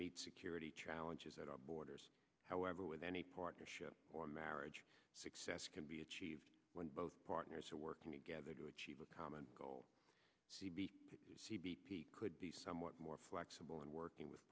security challenges at our borders however with any partnership or marriage success can be achieved when both partners are working together to achieve a common goal could be somewhat more flexible in working with